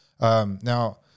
Now